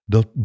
Dat